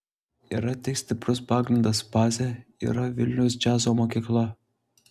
yra tik stiprus pagrindas bazė yra vilniaus džiazo mokykla